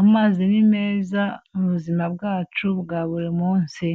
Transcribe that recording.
Amazi ni meza mu buzima bwacu bwa buri munsi,